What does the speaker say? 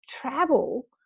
travel